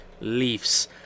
Leafs